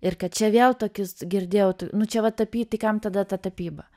ir kad čia vėl tokius girdėjau nu čia va tapyt tai kam tada ta tapyba